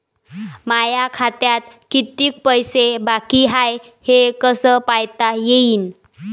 माया खात्यात कितीक पैसे बाकी हाय हे कस पायता येईन?